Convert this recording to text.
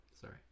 Sorry